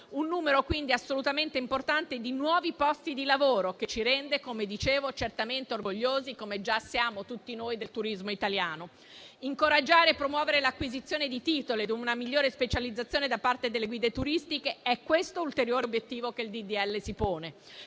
Un numero quindi assolutamente importante di nuovi posti di lavoro, che ci rende, come dicevo, certamente orgogliosi, come già siamo tutti noi, del turismo italiano. Incoraggiare e promuovere l'acquisizione di titoli e una migliore specializzazione da parte delle guide turistiche: è questo l'ulteriore obiettivo che il disegno